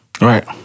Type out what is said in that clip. Right